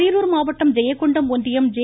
அரியலூர் மாவட்டம் ஜெயங்கொண்டம் ஒன்றியம் ஜெ